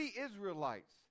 Israelites